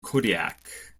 kodiak